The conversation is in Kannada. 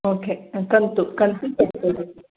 ಓಕೆ ಕಂತು ಕಂತು ಕಟ್ಬೌದು